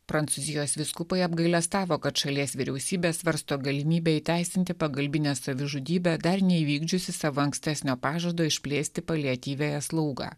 prancūzijos vyskupai apgailestavo kad šalies vyriausybė svarsto galimybę įteisinti pagalbinę savižudybę dar neįvykdžiusi savo ankstesnio pažado išplėsti paliatyviąją slaugą